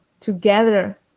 together